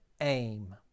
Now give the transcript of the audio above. aim